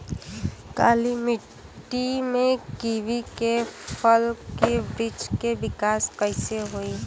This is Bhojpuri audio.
काली मिट्टी में कीवी के फल के बृछ के विकास कइसे होई?